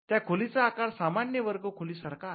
त्या खोलीचा आकार सामान्य वर्ग खोली सारखा आहे